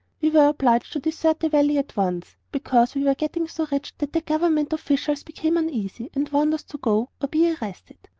we were obliged to desert the valley at once, because we were getting so rich that the government officials became uneasy and warned us to go or be arrested.